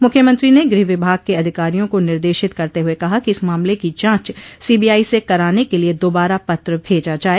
मुख्यमंत्री ने गृह विभाग के अधिकारियों को निर्देशित करते हुए कहा कि इस मामले की जांच सीबीआई से कराने के लिये दोबारा पत्र भेजा जाये